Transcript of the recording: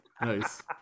nice